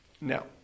Now